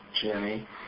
Jimmy